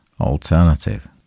alternative